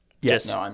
Yes